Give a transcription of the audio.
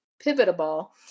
pivotal